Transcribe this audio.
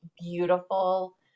beautiful